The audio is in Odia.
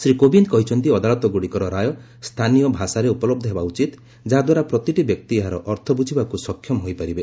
ଶ୍ରୀ କୋବିନ୍ଦ କହିଛନ୍ତି ଅଦାଲତଗୁଡିକର ରାୟ ସ୍ଥାନୀୟ ଭାଷାରେ ଉପଲହ୍ଧ ହେବା ଉଚିତ ଯାହାଦ୍ୱାରା ପ୍ରତିଟି ବ୍ୟକ୍ତି ଏହାର ଅର୍ଥ ବୃଝିବାକୁ ସକ୍ଷମ ହୋଇପାରିବ